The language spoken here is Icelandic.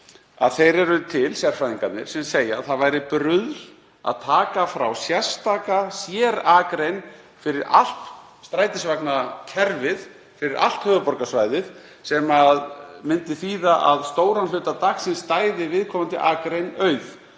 þeir eru til sérfræðingarnir sem segja að það væri bruðl að taka frá sérstaka akrein fyrir allt strætisvagnakerfið og fyrir allt höfuðborgarsvæðið, sem myndi þýða að stóran hluta dagsins stæði viðkomandi akrein auð.